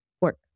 work